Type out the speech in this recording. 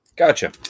Gotcha